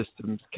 systems